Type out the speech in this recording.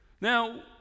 Now